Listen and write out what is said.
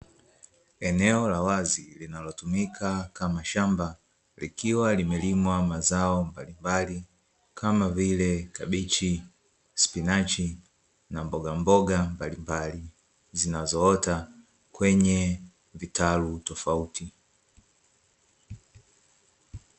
Eneo la wazi linalotumika kama shamba likiwa limelimwa mazao mbalimbali kama vile kabichi spinachi na mboga mboga mbalimbali zinazoota kwenye vitalu tofauti.